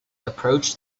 approached